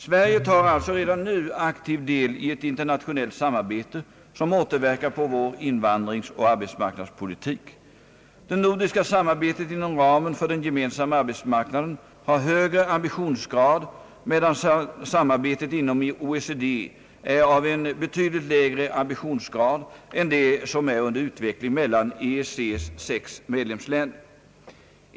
Sverige tar alltså redan nu aktiv del i ett internationellt samarbete som åter verkar på vår invandringsoch arbetsmarknadspolitik. Det nordiska samarbetet inom ramen för den gemensamma arbetsmarknaden har högre ambitionsgrad medan samarbetet inom OECD är av en betydligt lägre ambitionsgrad än det som är under utveckling mellan EEC:s sex medlemsländer.